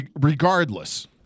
regardless